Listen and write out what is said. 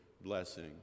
blessing